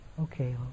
Okay